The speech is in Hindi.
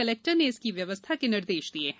कलेक्टर ने इसकी व्यवस्था के निर्देश दिये है